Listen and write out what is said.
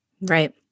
right